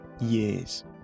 years